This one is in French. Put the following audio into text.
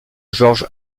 george